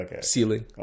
ceiling